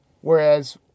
Whereas